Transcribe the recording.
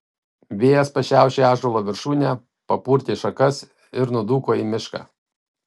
vėjas pašiaušė ąžuolo viršūnę papurtė šakas ir nudūko į mišką